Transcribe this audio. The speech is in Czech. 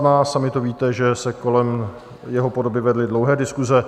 Sami to víte, že se kolem jeho podoby vedly dlouhé diskuse.